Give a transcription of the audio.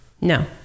no